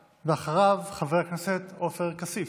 ואחריו, חבר הכנסת עופר כסיף.